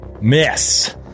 miss